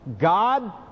God